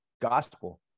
gospel